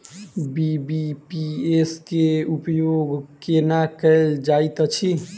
BBPS केँ उपयोग केना कएल जाइत अछि?